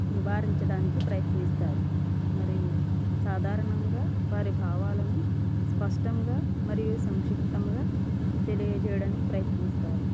నివారించడానికి ప్రయత్నిస్తారు మరియు సాధారణంగా వారి భావాలను స్పష్టంగా మరియు సంక్షిప్తంగా తెలియచేయడానికి ప్రయత్నిస్తారు